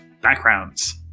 Backgrounds